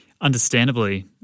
Understandably